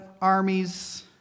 armies